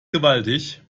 gewaltig